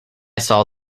saw